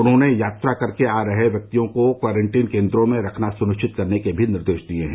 उन्होंने यात्रा करके आ रहे व्यक्तियों को क्वारंटीन केंद्रों में रखना सुनिश्चित करने के भी निर्देश दिए हैं